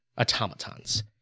automatons